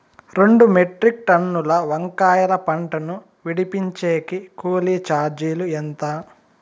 రెండు మెట్రిక్ టన్నుల వంకాయల పంట ను విడిపించేకి కూలీ చార్జీలు ఎంత?